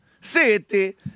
City